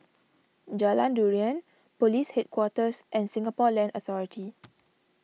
Jalan Durian Police Headquarters and Singapore Land Authority